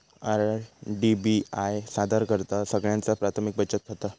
IDBI सादर करतहा सगळ्यांचा प्राथमिक बचत खाता